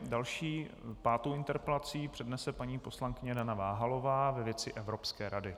Další, pátou interpelaci přednese paní poslankyně Dana Váhalová ve věci Evropské rady.